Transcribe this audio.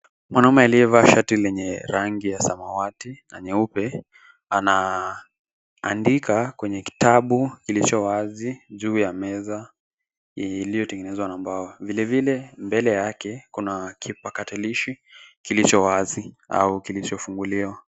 Mwanaume aliyevaa shati la rangi ya samawati na nyeupe anaandika kwenye kitabu kilicho wazi juu ya meza iliyotengenezwa na mbao. Vilevile mbele yake kuna kipakatalishi kilicho wazi au kilichofunguliwa.